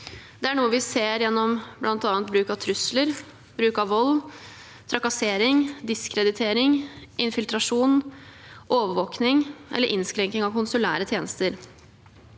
Det er noe vi ser gjennom bl.a. bruk av trusler, vold, trakassering, diskreditering, infiltrasjon, overvåking eller innskrenking av konsulære tjenester.